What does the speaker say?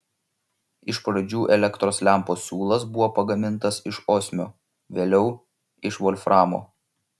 iš pradžių elektros lempos siūlas buvo pagamintas iš osmio vėliau iš volframo